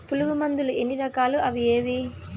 పులుగు మందులు ఎన్ని రకాలు అవి ఏవి?